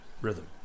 rhythm